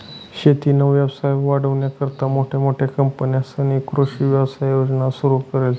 शेतीना व्यवसाय वाढावानीकरता मोठमोठ्या कंपन्यांस्नी कृषी व्यवसाय योजना सुरु करेल शे